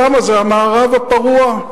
שמה זה המערב הפרוע.